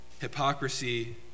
hypocrisy